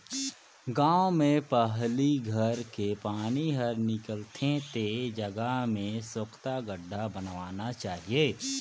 गांव में पहली घर के पानी हर निकल थे ते जगह में सोख्ता गड्ढ़ा बनवाना चाहिए